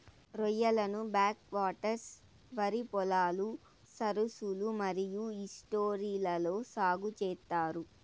రొయ్యలను back waters, వరి పొలాలు, సరస్సులు మరియు ఈస్ట్యూరీలలో సాగు చేత్తారు